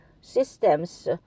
systems